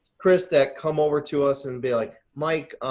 chris that come over to us and be like mike,